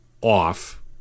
off